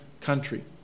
country